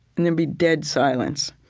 and there'd be dead silence.